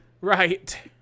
Right